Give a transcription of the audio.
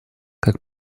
как